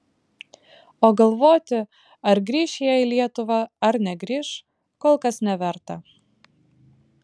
o galvoti ar grįš jie į lietuvą ar negrįš kol kas neverta